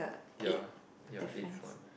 ya ya eighth one